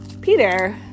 Peter